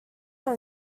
from